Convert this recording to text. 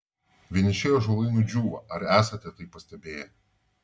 vieniši ąžuolai nudžiūva ar esate tai pastebėję